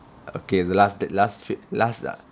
okay the last the last trip last lah